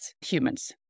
humans